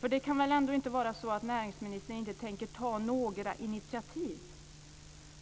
För det kan väl ändå inte vara så att näringsministern inte tänker ta några initiativ.